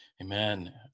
Amen